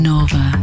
Nova